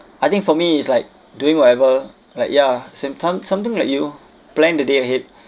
I think for me it's like doing whatever like ya same some something like you plan the day ahead